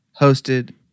hosted